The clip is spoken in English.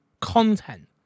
Content